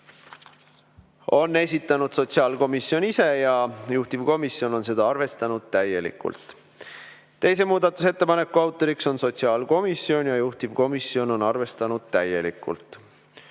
on esitanud sotsiaalkomisjon ise ja juhtivkomisjon on seda arvestanud täielikult. Teise muudatusettepaneku autor on sotsiaalkomisjon ja juhtivkomisjon on seda arvestanud täielikult.